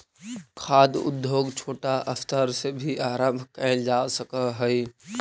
खाद्य उद्योग छोटा स्तर से भी आरंभ कैल जा सक हइ